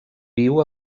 viu